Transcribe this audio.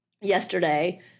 yesterday